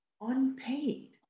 unpaid